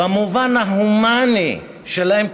במובן ההומני שלהם,